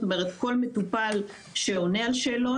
זאת אומרת כל מטופל שעונה על שאלון,